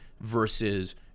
versus